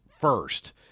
first